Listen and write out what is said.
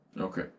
Okay